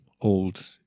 old